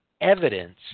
evidence